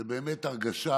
זו באמת הרגשה